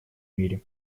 мире